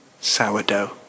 sourdough